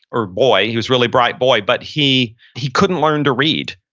or boy, he was really bright boy, but he he couldn't learn to read.